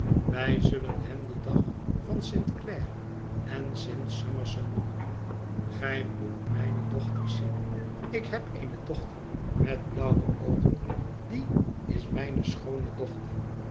wij zullen hem den dag van sint clare en sint summerson noemen gij moet mijne dochters zien ik heb eene dochter met blauwe oogen die is mijne schoone dochter